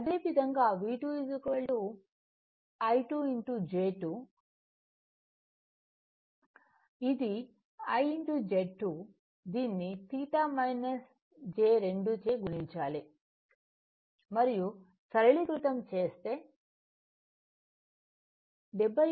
అదేవిధంగాV2 I 2 Z2 ఇది IZ2 దీన్ని 6 j 2 చే గుణించాలి మరియు సరళీకృతం చేస్తే 76